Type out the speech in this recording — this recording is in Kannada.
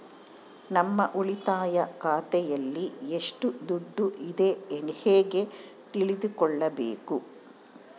ನಮ್ಮ ಉಳಿತಾಯ ಖಾತೆಯಲ್ಲಿ ಎಷ್ಟು ದುಡ್ಡು ಇದೆ ಹೇಗೆ ತಿಳಿದುಕೊಳ್ಳಬೇಕು?